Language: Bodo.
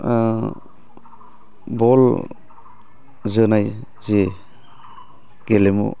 बल जोनाय जि गेलेमु